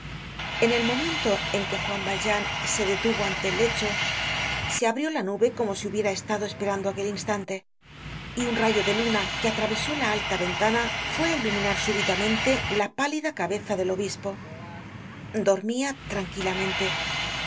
en el momento en que juan valjean se detuvo ante el lecho se abrió la nube como si hubiera estado esperando aquel instante y un rayo de luna que atravesó la alta ventana fué á iluminar súbitamente la pálida cabeza del obispo dormia tranquilamente